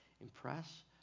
impress